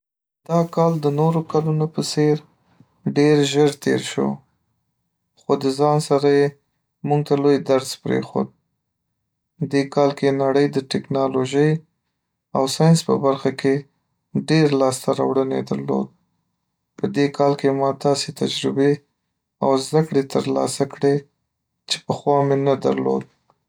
دا کال د نورو کلونو په څېر ډیر ژر تیر شو خو د ځان سره یې موږ ته لوی درس پریېښود. دې کال کې نړۍ د ټکنالوژوۍ او ساینس په برخه کې ډیر لاسته راوړنی درلود، په دې کال کې ما داسې تجربې او زده‌کړې ترلاسه کړې چې پخوا مې نه درلود.